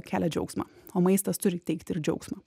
kelia džiaugsmą o maistas turi teikti ir džiaugsmą